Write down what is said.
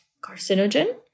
carcinogen